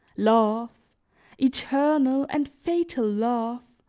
love, eternal and fatal love,